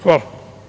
Hvala.